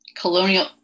colonial